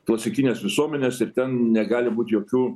klasikinės visuomenės ir ten negali būt jokių